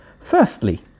Firstly